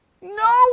No